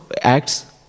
acts